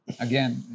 Again